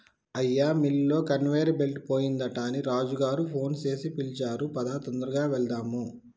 అయ్యా మిల్లులో conveyor belt పోయిందట అని రాజు గారు ఫోన్ సేసి పిలిచారు పదా తొందరగా వెళ్దాము